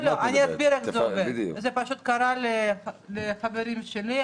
זה פשוט קרה לחברים שלי.